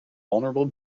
vulnerable